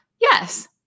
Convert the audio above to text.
Yes